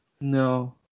No